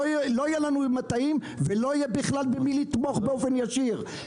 לא יהיו לנו מטעים ולא יהיה בכלל במי לתמוך באופן ישיר,